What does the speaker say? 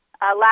Last